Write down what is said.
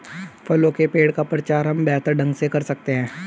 फलों के पेड़ का प्रचार हम बेहतर ढंग से कर सकते हैं